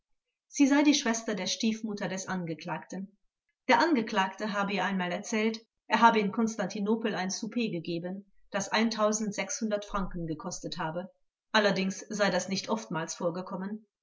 sie sei die schwester der stiefmutter des angeklagten der angeklagte habe ihr einmal erzählt er habe in konstantinopel ein souper gegeben das franken gekostet habe allerdings sei das nicht oftmals vorgekommen